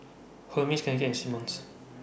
Hermes Cakenis and Simmons